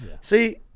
See